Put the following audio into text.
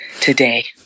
today